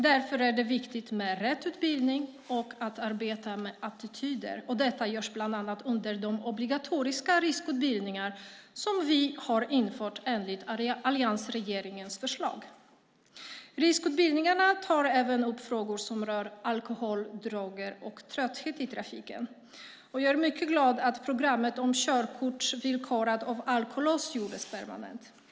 Därför är det viktigt med rätt utbildning och att arbeta med attityder, och detta görs bland annat under de obligatoriska riskutbildningar som vi har infört enligt alliansregeringens förslag. Riskutbildningarna tar även upp frågor som rör alkohol, droger och trötthet i trafiken. Och jag är mycket glad att programmet om körkort villkorat av alkolås gjordes permanent.